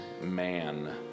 man